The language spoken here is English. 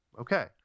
Okay